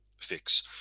fix